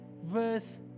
verse